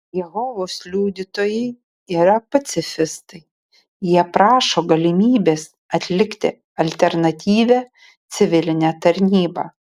jehovos liudytojai yra pacifistai jie prašo galimybės atlikti alternatyvią civilinę tarnybą